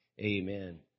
Amen